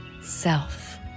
self